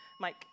Mike